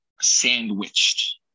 sandwiched